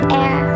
air